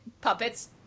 puppets